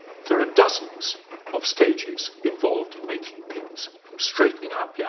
there are dozens of stages involved in making pins from straightening out yeah